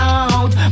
out